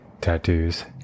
tattoos